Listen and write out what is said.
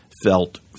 felt